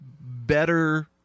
better